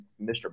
Mr